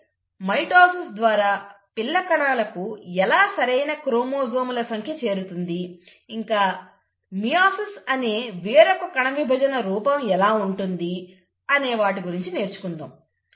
అంటే మైటోసిస్ ద్వారా పిల్ల కణాలకు ఎలా సరైన క్రోమోజోముల సంఖ్య చేరుతుంది ఇంకా మియోసిస్ అనే వేరొక కణవిభజన రూపం ఎలా ఉంటుంది అనే వాటి గురించి నేర్చుకుందాం